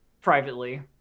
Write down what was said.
privately